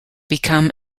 become